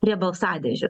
prie balsadėžių